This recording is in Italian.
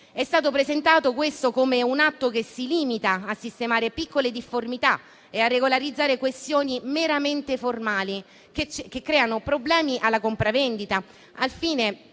È stato presentato, questo, come un atto che si limita a sistemare piccole difformità e a regolarizzare questioni meramente formali che creano problemi alla compravendita, al fine